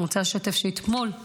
אני רוצה לשתף שאתמול,